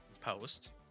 post